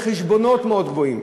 לחשבונות מאוד גבוהים,